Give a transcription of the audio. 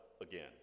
again